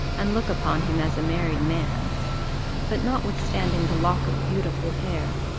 and look upon him as a married man but notwithstanding the lock of beautiful hair,